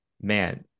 man